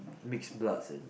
mixed bloods and